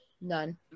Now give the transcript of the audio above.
none